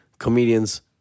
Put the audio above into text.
comedians